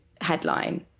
headline